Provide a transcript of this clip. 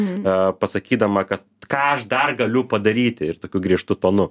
na pasakydama kad ką aš dar galiu padaryti ir tokiu griežtu tonu